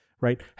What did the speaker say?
right